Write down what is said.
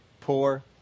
poor